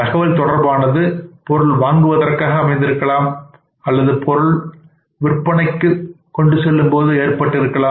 தகவல் தொடர்பானது பொருள் வாங்குவதற்காக அமைந்திருக்கலாம் அல்லது பொருள் விற்பனைக்கு அமைந்திருக்கலாம்